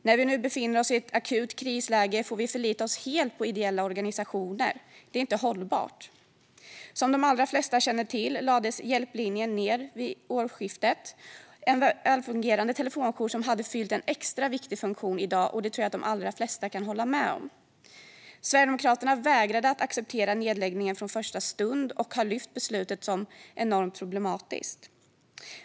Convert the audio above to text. När vi nu befinner oss i ett akut krisläge får vi förlita oss helt på ideella organisationer. Det är inte hållbart. Som de allra flesta känner till lades Hjälplinjen ned vid årsskiftet. Det var en välfungerande telefonjour som hade fyllt en extra viktig funktion i dag, och det tror jag att de allra flesta kan hålla med om. Sverigedemokraterna vägrade att acceptera nedläggningen från första stund och har lyft fram beslutet som enormt problematiskt.